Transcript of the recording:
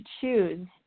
choose